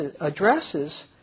addresses